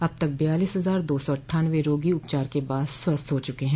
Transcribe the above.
अब तक बयालीस हजार दो सौ अट्ठानवे रोगी उपचार के बाद स्वस्थ हो चूके हैं